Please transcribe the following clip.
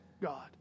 God